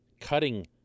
cutting